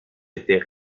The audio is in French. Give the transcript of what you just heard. était